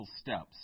steps